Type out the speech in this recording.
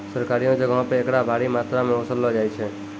सरकारियो जगहो पे एकरा भारी मात्रामे वसूललो जाय छै